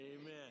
Amen